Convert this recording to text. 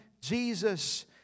Jesus